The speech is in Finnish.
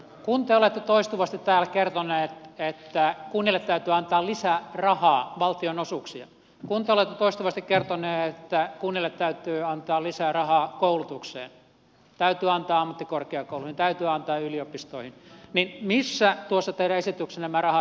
kun te olette toistuvasti täällä kertoneet että kunnille täytyy antaa lisää rahaa valtionosuuksia kun te olette toistuvasti kertoneet että kunnille täytyy antaa lisää rahaa koulutukseen täytyy antaa ammattikorkeakouluihin täytyy antaa yliopistoihin niin missä tuossa teidän esityksessänne määrärahat ovat